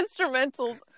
instrumentals